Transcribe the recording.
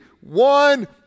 one